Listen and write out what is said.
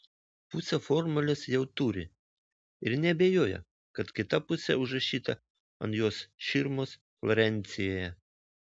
pusę formulės jau turi ir neabejoja kad kita pusė užrašyta ant jos širmos florencijoje